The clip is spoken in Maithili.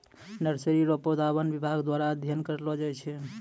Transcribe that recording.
नर्सरी रो पौधा वन विभाग द्वारा अध्ययन करलो जाय छै